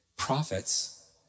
Prophets